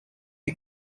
die